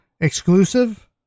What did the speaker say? exclusive